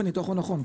הניתוח הוא נכון,